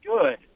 Good